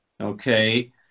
okay